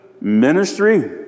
ministry